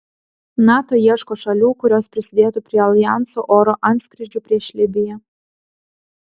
nato ieško šalių kurios prisidėtų prie aljanso oro antskrydžių prieš libiją